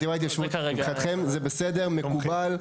חטיבת התיישבות, מבחינתכם זה בסדר, מקובל?